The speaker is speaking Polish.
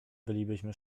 bylibyśmy